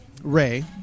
Ray